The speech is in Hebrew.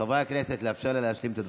חברי הכנסת, לאפשר לה להשלים את הדברים.